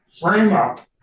frame-up